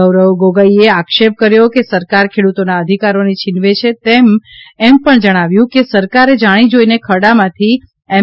ગૌરવ ગોગોઈએ આક્ષેપ કર્યો કે સરકાર ખેડ્રતોના અધિકારોને છીનવે છે તેમણે એમ પણ જણાવ્યું કે સરકારે જાણી જોઈને ખરડામાંથી એમ